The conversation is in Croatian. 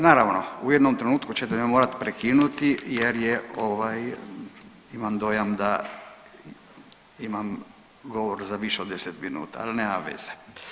Naravno u jednom trenutku ćete me morati prekinuti jer je ovaj imam dojam da imam govor za više od 10 minuta, ali nema veze.